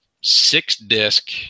six-disc